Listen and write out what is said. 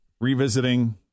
Revisiting